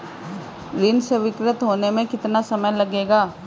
ऋण स्वीकृत होने में कितना समय लगेगा?